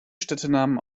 städtenamen